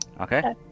Okay